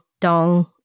dong